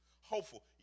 Hopeful